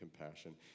compassion